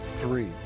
three